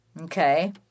Okay